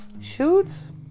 Shoots